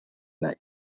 not